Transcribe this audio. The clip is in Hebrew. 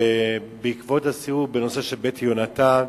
בעקבות הסיור בנושא של "בית יהונתן",